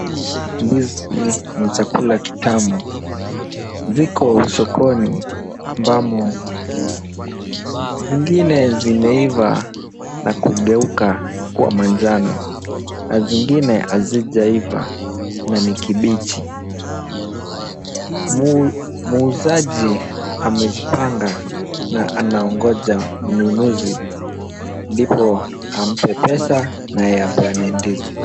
Ndizi ni chakula kitamu. Viko sokoni ambamo vingine zimeiva na kugeuka kuwa manjano na zingine hazijaiva na ni kibichi. Muuzaji amezipanga na anaongoja mnunuzi ndipo ampe pesa naye apeane ndizi.